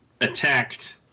attacked